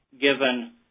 given